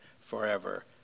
forever